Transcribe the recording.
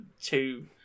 two